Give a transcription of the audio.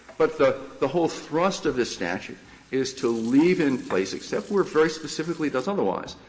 but the the whole thrust of this statute is to leave in place, except where very specifically it does otherwise,